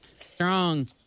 strong